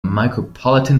micropolitan